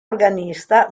organista